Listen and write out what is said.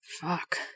Fuck